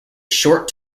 short